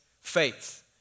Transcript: faith